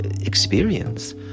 experience